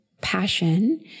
passion